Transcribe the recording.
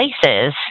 places